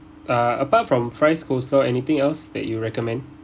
uh apart from fries coleslaw anything else that you recommend